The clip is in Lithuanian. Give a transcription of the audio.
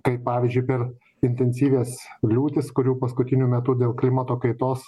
kaip pavyzdžiui per intensyvias liūtis kurių paskutiniu metu dėl klimato kaitos